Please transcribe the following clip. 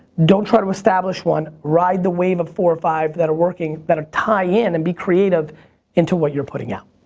don't try to establish one, ride the wave of four or five that are working, that ah tie in and be creative into what you're putting out.